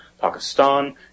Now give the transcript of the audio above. Pakistan